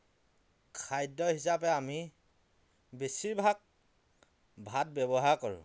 খাদ্য হিচাপে আমি বেছিভাগ ভাত ব্যৱহাৰ কৰোঁ